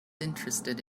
interested